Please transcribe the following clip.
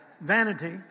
vanity